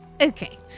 Okay